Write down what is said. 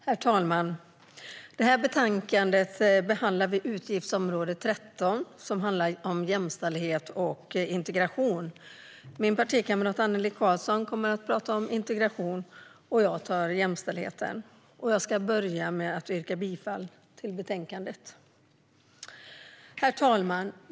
Herr talman! I detta betänkande behandlas utgiftsområde 13, som handlar om jämställdhet och integration. Min partikamrat Annelie Karlsson kommer att prata om integration. Jag tar jämställdheten. Jag ska börja med att yrka bifall till förslaget i betänkandet. Herr talman!